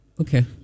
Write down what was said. Okay